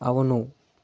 అవును